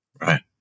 Right